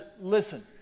listen